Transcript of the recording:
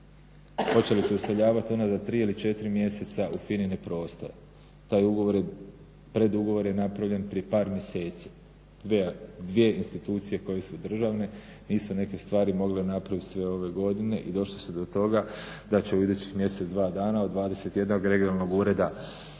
počeli su useljavat unazad 3 ili 4 mjeseca u FINA-ine prostore, taj ugovor je, predugovor je napravljen prije par mjeseci. 2 institucije koju su državne nisu neke stvari mogle napraviti sve ove godine i došli su do toga da će u idućih mjeseca dva dana od 21 regionalnog ureda